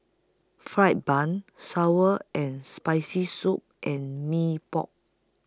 Fried Bun Sour and Spicy Soup and Mee Pok